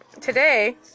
today